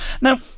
Now